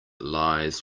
lies